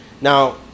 Now